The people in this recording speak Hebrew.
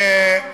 דבר בארמית.